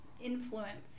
influence